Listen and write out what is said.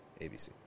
ABC